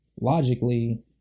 logically